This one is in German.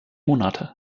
monate